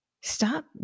Stop